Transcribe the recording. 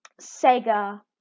sega